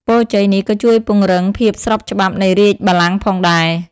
ពរជ័យនេះក៏ជួយពង្រឹងភាពស្របច្បាប់នៃរាជ្យបល្ល័ង្កផងដែរ។